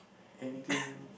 anything